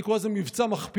אני קורא לזה "מבצע מכפיל"